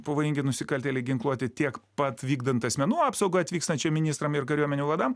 pavojingi nusikaltėliai ginkluoti tiek pat vykdant asmenų apsaugą atvykstančiam ministram ir kariuomenių vadam